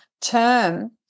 term